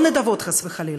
לא נדבות, חס וחלילה,